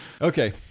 Okay